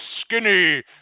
skinny